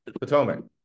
Potomac